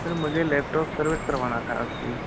sir मुझे laptop service करवाना था आपकी